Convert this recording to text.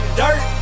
dirt